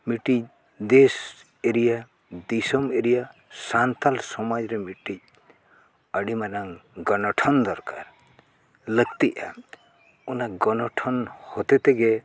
ᱢᱤᱫᱴᱤᱡ ᱫᱮᱥ ᱫᱤᱥᱚᱢ ᱥᱟᱱᱛᱟᱲ ᱥᱚᱢᱟᱡᱽ ᱨᱮ ᱢᱤᱫᱴᱤᱡ ᱟᱹᱰᱤ ᱢᱟᱨᱟᱝ ᱜᱚᱱᱚᱴᱷᱚᱱ ᱫᱚᱨᱠᱟᱨ ᱞᱟᱹᱠᱛᱤᱜᱼᱟ ᱚᱱᱟ ᱜᱚᱱᱚᱴᱷᱚᱱ ᱦᱚᱛᱮ ᱛᱮᱜᱮ